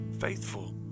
faithful